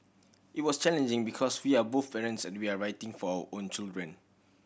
it was challenging because we are both parents and we are writing for our own children